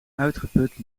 uitgeput